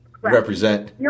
represent